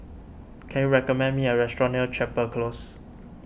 can you recommend me a restaurant near Chapel Close